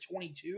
22